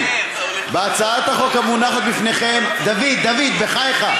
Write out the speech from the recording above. בהצעת החוק המונחת בפניכם, דוד, דוד, בחייך,